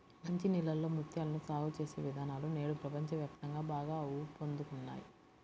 మంచి నీళ్ళలో ముత్యాలను సాగు చేసే విధానాలు నేడు ప్రపంచ వ్యాప్తంగా బాగా ఊపందుకున్నాయి